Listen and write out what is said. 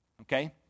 Okay